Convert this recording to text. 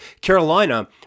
Carolina